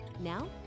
now